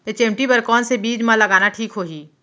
HMT बर कौन से बीज मा लगाना ठीक होही?